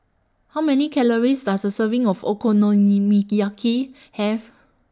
How Many Calories Does A Serving of Okonomiyaki Have